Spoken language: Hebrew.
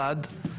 אחד,